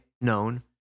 known